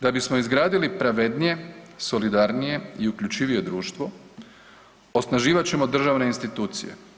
Da bismo izgradili pravednije, solidarnije i uključivije društvo osnaživat ćemo državne institucije.